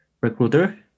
recruiter